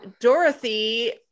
Dorothy